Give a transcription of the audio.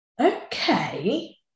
Okay